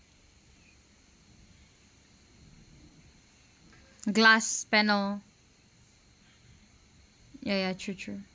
glass panel ya ya true true